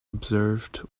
observed